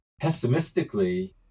pessimistically